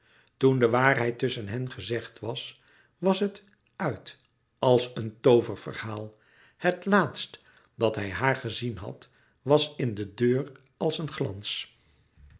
toen de waarheid tusschen hen gezegd was was het uit als een louis couperus metamorfoze tooververhaal het laatst dat hij haar gezien had was in de deur als een glans